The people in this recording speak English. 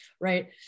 right